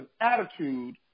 attitude